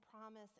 promise